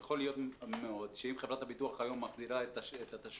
יכול להיות שאם חברת הביטוח היום מחזירה את התשלום